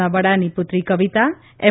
ના વડાની પુત્રી કવિતા એમ